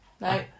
No